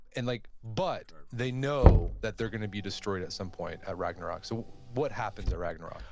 and like but they know that they're going to be destroyed at some point at ragnarok. so, what happens at ragnarok?